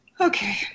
Okay